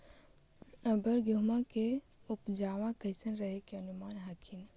अबर गेहुमा के उपजबा कैसन रहे के अनुमान हखिन?